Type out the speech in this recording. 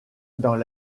dans